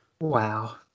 Wow